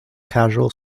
casual